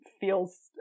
feels